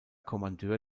kommandeur